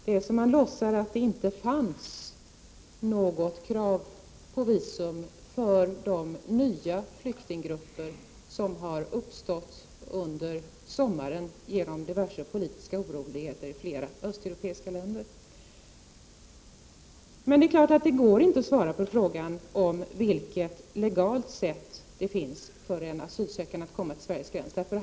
Det är som om man låtsades att det inte fanns något krav på visum för de nya flyktinggrupper som har uppstått under sommaren genom diverse politiska oroligheter i flera östeuropeiska länder. Men det är klart att det inte går att svara på frågan på vilket legalt sätt en asylsökande kan komma till Sveriges gräns.